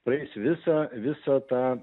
praeis visą visą tą